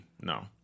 no